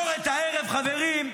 הערב, חברים,